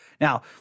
Now